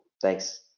Thanks